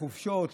לחופשות,